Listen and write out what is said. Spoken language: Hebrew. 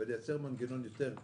ולייצר מנגנון רך יותר.